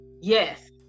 Yes